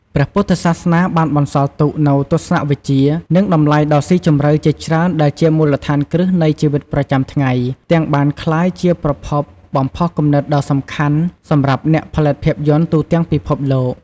ព្រះពុទ្ធសាសនាបានបន្សល់ទុកនូវទស្សនវិជ្ជា និងតម្លៃដ៏ស៊ីជម្រៅជាច្រើនដែលជាមូលដ្ឋានគ្រឹះនៃជីវិតប្រចាំថ្ងៃ ទាំងបានក្លាយជាប្រភពបំផុសគំនិតដ៏សំខាន់សម្រាប់អ្នកផលិតភាពយន្តទូទាំងពិភពលោក។